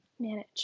manage